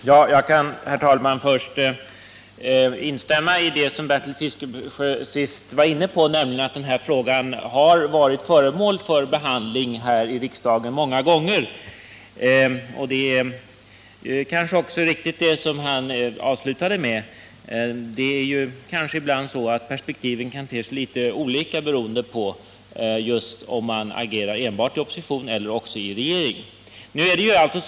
Herr talman! Jag vill först instämma i det som Bertil Fiskesjö sist var inne på, nämligen att denna fråga har varit föremål för behandling här i riksdagen många gånger. Det är kanske också riktigt, som han avslutningsvis sade, att perspektiven ibland kan te sig litet olika beroende på om man enbart agerat som opposition eller också har förekommit i regeringsställning.